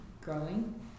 growing